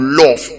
love